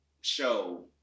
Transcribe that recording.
show